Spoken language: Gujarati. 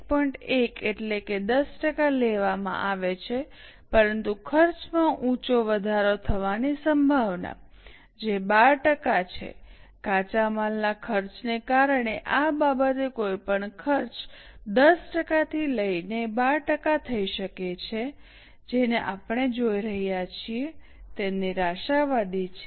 ૧ એટલે કે ૧૦ ટકા લેવામાં આવે છે પરંતુ ખર્ચમાં ઊંચો વધારો થવાની સંભાવના જે 12 ટકા છે કાચા માલના ખર્ચને કારણે આ બાબતે કોઈપણ ખર્ચ 10 ટકાથી વધીને 12 ટકા થઈ શકે છે જેને આપણે જોઈ રહ્યા છીએ તે નિરાશાવાદી છે